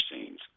scenes